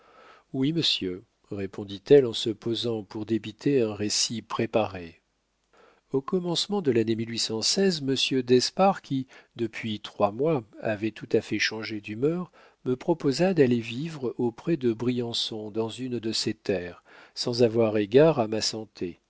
oui monsieur répondit-elle en se posant pour débiter un récit préparé au commencement de lannée dp qui depuis trois mois avait tout à fait changé d'humeur me proposa d'aller vivre auprès de briançon dans une de ses terres sans avoir égard à ma santé